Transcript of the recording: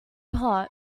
hot